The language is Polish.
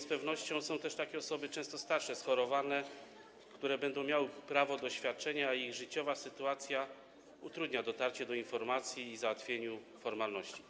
Z pewnością są bowiem też takie osoby, często starsze, schorowane, które będą miały prawo do świadczenia, a ich życiowa sytuacja utrudni im dotarcie do informacji i załatwienie formalności.